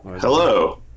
Hello